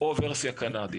או לחילופין ורסיה קנדית.